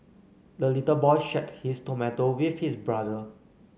the little boy shared his tomato with his brother